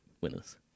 winners